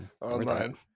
Online